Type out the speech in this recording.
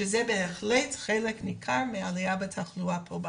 שזה בהחלט חלק ניכר מהתחלואה בארץ.